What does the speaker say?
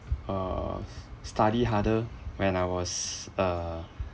uh s~ study harder when I was uh